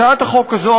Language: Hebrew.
הצעת החוק הזו,